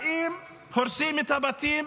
באים והורסים את הבתים,